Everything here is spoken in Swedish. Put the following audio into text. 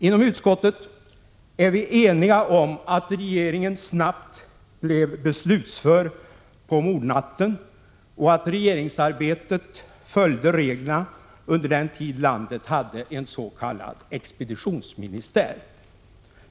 Inom utskottet är vi eniga om att regeringen snabbt blev beslutsför på mordnatten och att regeringsarbetet följde reglerna under den tid som landet hade ens.k. expeditionsministär.